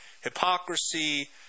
hypocrisy